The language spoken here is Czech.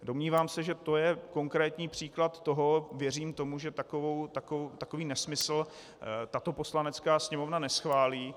Domnívám se, že to je konkrétní příklad toho, věřím tomu, že takový nesmysl tato Poslanecká sněmovna neschválí.